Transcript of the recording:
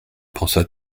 pensa